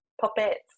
puppets